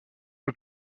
peu